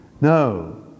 No